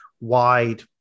wide